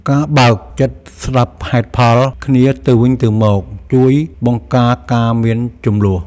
ការបើកចិត្តស្ដាប់ហេតុផលគ្នាទៅវិញទៅមក ជួយបង្ការការមានជម្លោះ។